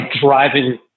driving